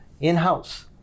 in-house